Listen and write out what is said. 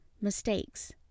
mistakes